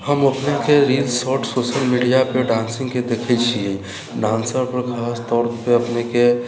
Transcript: हम अपनेके reels shorts social media पर डांसिङ्गके देखैत छियै डान्सर पर खास तौर पे अपनेके